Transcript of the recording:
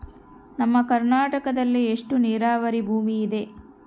ನಮ್ಮ ಕರ್ನಾಟಕದಲ್ಲಿ ಎಷ್ಟು ನೇರಾವರಿ ಭೂಮಿ ಇದೆ?